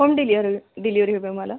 home delivery delivery हवी आहे मला